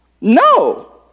no